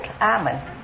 amen